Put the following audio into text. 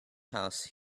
house